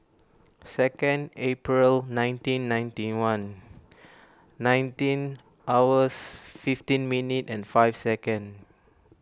second April nineteen ninety one nineteen hours fifteen minute and five second